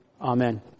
Amen